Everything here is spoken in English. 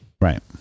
Right